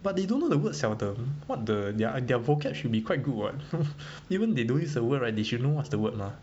but they don't know the word seldom [what] the they're vocab should be quite good [what] no even they don't use the word right they should know what's the word mah